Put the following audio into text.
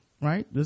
right